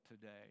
today